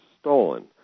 stolen